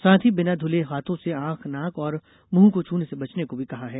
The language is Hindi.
साथ ही बिना धुले हाथों से आंख नाक और मुंह को छूने से बचने को भी कहा गया है